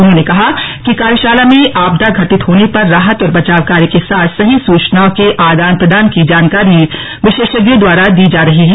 उन्होंने कहा कि कार्यशाला में आपदा घटित होने पर राहत और बचाव कार्य के साथ सही सुचनाओं के आदान प्रदान की जानकारी विषेशज्ञों द्वारा दी जा रही है